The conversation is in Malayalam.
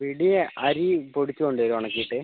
പിടി അരി പൊടിച്ച് കൊണ്ടുവരും ഉണക്കിയിട്ട്